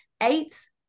eight